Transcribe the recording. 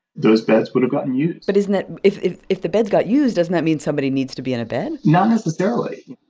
those beds would've gotten used but isn't it if if the beds got used, doesn't that mean somebody needs to be in a bed? not necessarily.